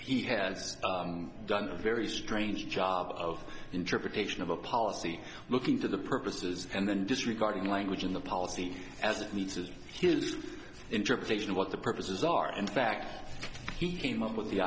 has done a very strange job of interpretation of a policy looking for the purposes and then disregarding the language in the policy as it meets is his interpretation of what the purposes are in fact he came up with the